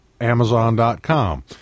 amazon.com